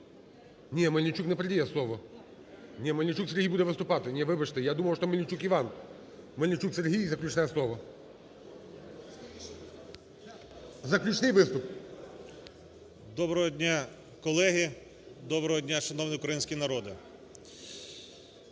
Доброго дня, колеги! Доброго дня, шановний український народе!